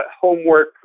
homework